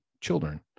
children